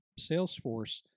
Salesforce